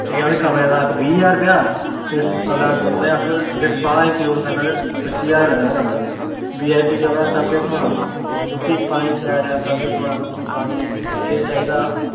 ठीक ऐ उ'नेंगी कमरे दा आख बी ज्हार रपेआ ते उ'नेंगी आक्खू उड़ अगर स्पा इन्क्लूड करना ते पच्ची ज्हार लग्गना कमरे दा वीआईपी कमरा सब किश थ्होना रूट्टी पानी त्रै टैम सब किश थ्होना रूट्टी पानी जे चाइदा